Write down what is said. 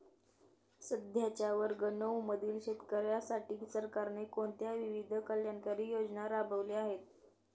सध्याच्या वर्ग नऊ मधील शेतकऱ्यांसाठी सरकारने कोणत्या विविध कल्याणकारी योजना राबवल्या आहेत?